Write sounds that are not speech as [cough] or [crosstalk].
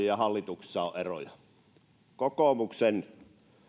[unintelligible] ja hallituksissa on eroja kokoomuksen